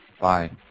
Bye